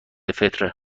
فطره